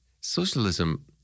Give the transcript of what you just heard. Socialism